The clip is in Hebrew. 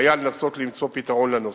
היה לנסות למצוא פתרון לנושא.